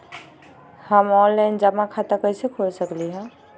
हम ऑनलाइन जमा खाता कईसे खोल सकली ह?